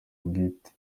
bwite